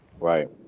Right